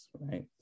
right